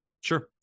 Sure